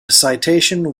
citation